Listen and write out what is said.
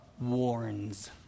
warns